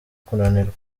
kunanirwa